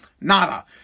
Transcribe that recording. nada